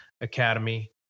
Academy